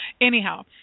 Anyhow